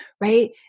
right